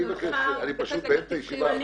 נניח בנק או נניח נותן שירותי תשלום אחר?